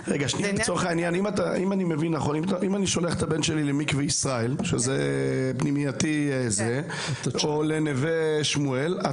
אם אני שולח את הבן שלי למקווה ישראל או לנווה שמואל,